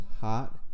hot